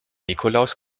nikolaus